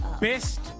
best